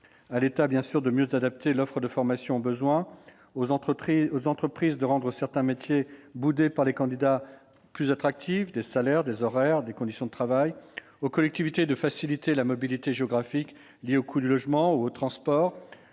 à l'État de mieux adapter l'offre de formation aux besoins ; aux entreprises de rendre certains métiers boudés par les candidats plus attractifs en termes de salaire, d'horaires ou de conditions de travail ; aux collectivités de faciliter la mobilité géographique liée aux coûts du logement ou des transports.